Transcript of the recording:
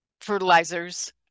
fertilizers